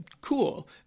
cool